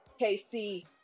KC